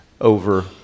over